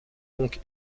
donc